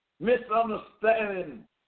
Misunderstanding